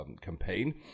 campaign